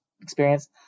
experience